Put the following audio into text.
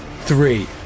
three